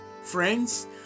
friends